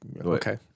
Okay